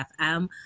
FM